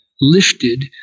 lifted